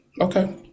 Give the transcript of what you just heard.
Okay